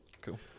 Cool